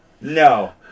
No